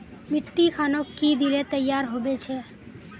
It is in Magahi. मिट्टी खानोक की दिले तैयार होबे छै?